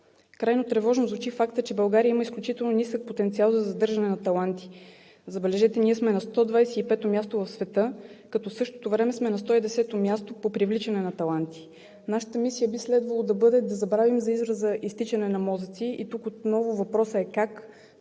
Крайно тревожно звучи фактът, че България има изключително нисък потенциал за задържане на таланти. Забележете, че ние сме на 125-о място в света, като в същото време сме на 110-о място по привличане на таланти. Нашата мисия би следвало да бъде да забравим за израза „изтичане на мозъци“, и тук отново въпросът е: как